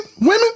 women